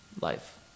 life